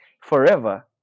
forever